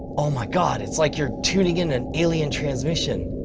oh my god, it's like you're tuning in an alien transmission.